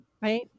right